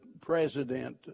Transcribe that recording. president